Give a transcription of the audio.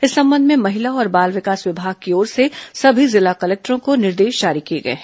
इस संबंध में महिला और बाल विकास विभाग की ओर से सभी जिला कलेक्टरों को निर्देश जारी किए हैं